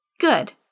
Good